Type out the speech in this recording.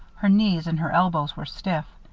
her knees and her elbows were stiff.